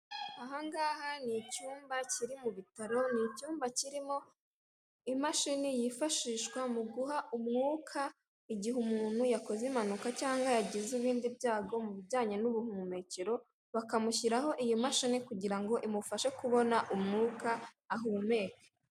Ahangaha ni icyumba kiri mu bitaro, ni icyumba kirimo imashini yifashishwa mu guha umwuka igihe umuntu yakoze impanuka cyangwa yagize ibindi byago mu bijyanye n'ubuhumekero, bakamushyiraho iyi mashini kugira ngo imufashe kubona umwuka, ahumeke.